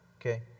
okay